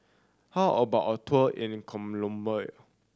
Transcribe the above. how about a tour in Colombia